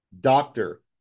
doctor